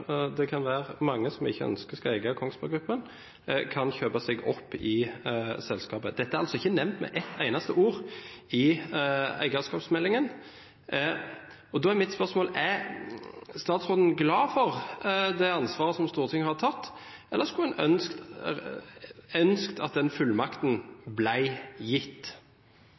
ønsker skal eie Kongsberg Gruppen – kan kjøpe seg opp i selskapet. Dette er ikke nevnt med ett eneste ord i eierskapsmeldingen. Da er mitt spørsmål: Er statsråden glad for det ansvaret som Stortinget har tatt, eller skulle hun ønsket at den fullmakten